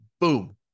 Boom